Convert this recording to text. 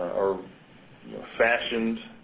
are fashioned